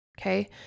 Okay